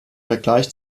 vergleich